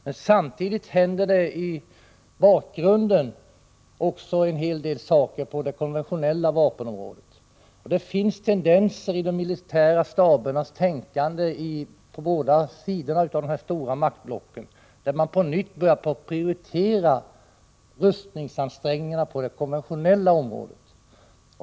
Men samtidigt händer det i bakgrunden också en hel del saker på det konventionella vapenområdet. Det finns tendenser till att man inom båda de stora maktblockens militära staber på nytt börjar prioritera rustningsansträngningarna på det konventionella området.